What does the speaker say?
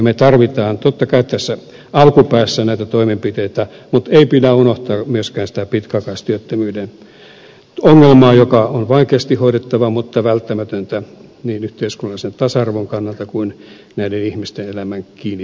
me tarvitsemme totta kai tässä alkupäässä näitä toimenpiteitä mutta ei pidä unohtaa myöskään sitä pitkäaikaistyöttömyyden ongelmaa joka on vaikeasti hoidettava mutta välttämätöntä hoitaa niin yhteiskunnallisen tasa arvon kannalta kuin näiden ihmisten elämään kiinni pääsemisenkin näkökulmasta